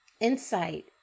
insight